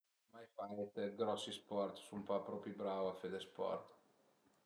Mai fait grosi sport, sun pa propi brau a fe dë sport